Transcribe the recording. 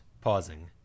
pausing